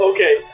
Okay